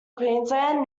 queensland